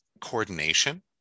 coordination